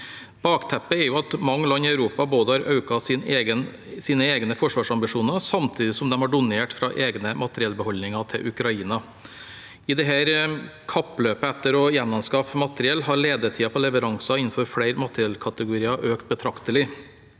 Bakteppet er at mange land i Europa har økt sine egne forsvarsambisjoner samtidig som de har donert fra egne materiellbeholdninger til Ukraina. I dette kappløpet etter å gjenanskaffe materiell har ledetiden på leveranser innenfor flere materiellkategorier økt betraktelig.